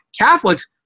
Catholics